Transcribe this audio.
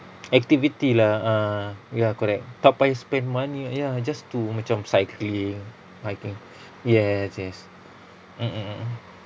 activity lah a'ah ya correct tak payah spend money ya just to macam cycling I can yes yes mmhmm mm